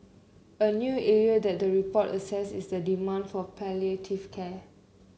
a new area that the report assesses is the demand for palliative care